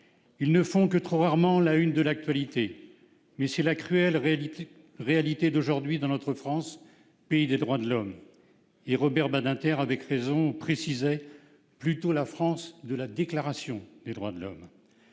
Ils ne font que trop rarement la une de l'actualité, mais c'est la cruelle réalité d'aujourd'hui, dans notre France, pays des droits de l'homme ou, comme Robert Badinter le précisait, « plutôt la France de la Déclaration des droits de l'homme